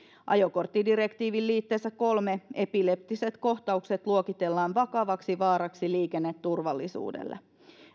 ajokorttidirektiivin liitteessä kolme epileptiset kohtaukset luokitellaan vakavaksi vaaraksi liikenneturvallisuudelle